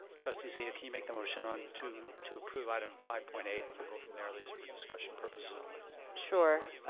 trustee zia, can you make the motion to to approve item five point eight and we'll go from there at least for discussion purposes only. sure,